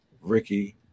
ricky